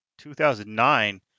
2009